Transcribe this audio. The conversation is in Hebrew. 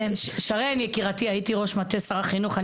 שרן, יקירתי, הייתי ראש מטה שר החינוך.